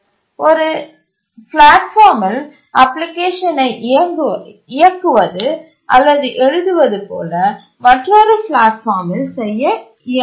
ஒரு பிளாட்பார்மில் அப்ளிகேஷனை இயக்குவது அல்லது எழுதுவது போல மற்றொரு பிளாட்பார்மில் செய்ய இயங்காது